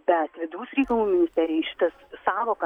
bet vidaus reikalų ministerijai šita sąvoka